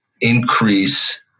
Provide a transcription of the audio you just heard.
increase